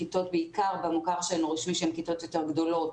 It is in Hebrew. בעיקר בכיתות במוכר שאינו רשמי שהן כיתות יותר גדולות